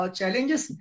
Challenges